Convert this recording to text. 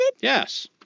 Yes